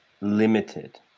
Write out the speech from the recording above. limited